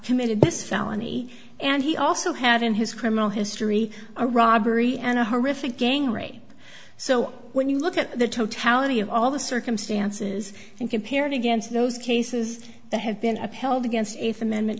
committed this felony and he also had in his criminal history a robbery and a horrific gang rape so when you look at the totality of all the circumstances and compare it against those cases that have been upheld against if amendment